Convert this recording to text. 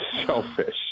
shellfish